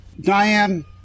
Diane